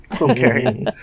Okay